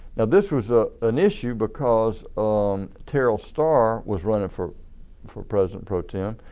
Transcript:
now this was ah an issue because um terrell starr was running for for president pro-tem.